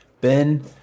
Ben